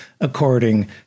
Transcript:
according